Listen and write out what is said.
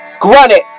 Granite